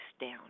down